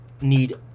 need